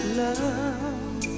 love